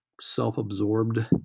self-absorbed